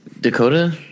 Dakota